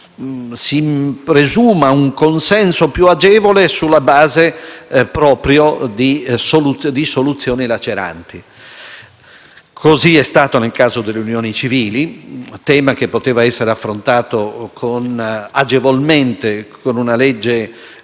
si presuma un consenso più agevole sulla base proprio di soluzioni laceranti. E così è stato nel caso delle unioni civili, un tema che poteva essere affrontato agevolmente con una legge